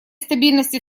стабильности